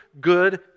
good